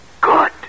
Good